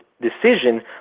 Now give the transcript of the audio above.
decision